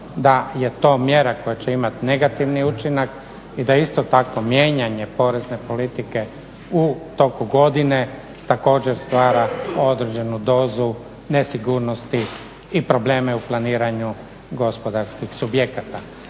da je to mjera koja će imati negativni učinak i da isto tako mijenjanje porezne politike u toku godine također stvara određenu dozu nesigurnosti i probleme u planiranju gospodarskih subjekata.